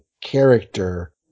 character